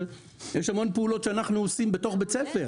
יש המון פעולות שאנחנו עושים בתוך בית ספר.